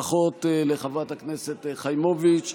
ברכות לחברת הכנסת חיימוביץ',